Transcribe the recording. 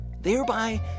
thereby